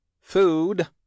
food